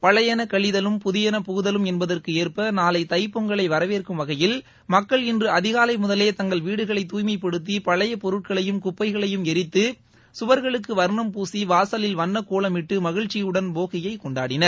பழையன கழதலும் புதியன புகுதலும் என்பதற்கேற்ப நாளை தைப் பொங்கலை வரவேற்கும் வகையில் மக்கள் இன்று அதிகாலை முதலே தங்கள் வீடுகளை தூய்மைப்படுத்தி பழைய பொருட்களையும் குப்பைகளையும் ளரித்து சுவர்களுக்கு வர்ணம்பூசி வாசலில் வண்ணக்கோலமிட்டு மகிழ்ச்சியுடன் போகியை கொண்டாடினர்